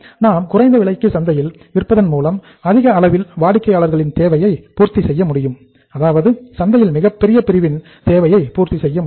நாம் குறைந்த விலைக்கு சந்தையில் விற்பதன் மூலம் அதிக அளவில் வாடிக்கையாளர்களின் தேவையை பூர்த்தி செய்ய முடியும் அதாவது சந்தையில் மிகப்பெரிய பிரிவின் தேவையை பூர்த்தி செய்ய முடியும்